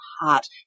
heart